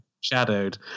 shadowed